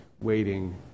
waiting